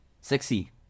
Sexy